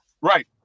Right